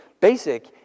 basic